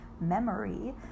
memory